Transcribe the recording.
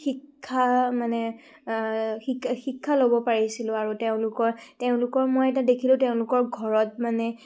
শিক্ষা মানে শিকা শিক্ষা ল'ব পাৰিছিলোঁ আৰু তেওঁলোকৰ তেওঁলোকৰ মই এটা দেখিলোঁ তেওঁলোকৰ ঘৰত মানে